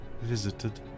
visited